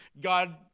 God